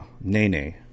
Nene